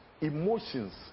emotions